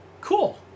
Cool